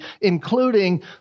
including